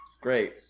great